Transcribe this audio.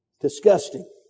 disgusting